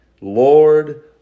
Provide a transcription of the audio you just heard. Lord